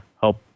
help